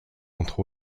entre